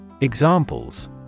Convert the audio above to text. Examples